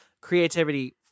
creativity